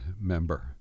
member